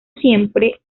siempre